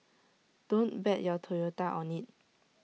don't bet your Toyota on IT